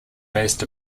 based